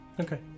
Okay